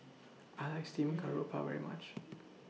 I like Steamed Garoupa very much